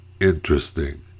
interesting